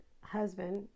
husband